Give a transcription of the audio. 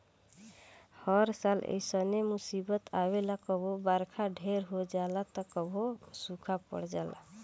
हर साल ऐइसने मुसीबत आवेला कबो बरखा ढेर हो जाला त कबो सूखा पड़ जाला